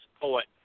poet